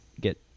get